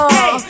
Hey